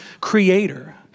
Creator